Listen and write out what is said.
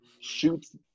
Shoots